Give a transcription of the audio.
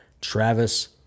Travis